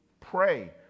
pray